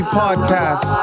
podcast